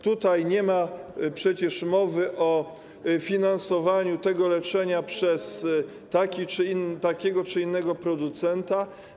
Tutaj nie ma przecież mowy o finansowaniu tego leczenia przez takiego czy innego producenta.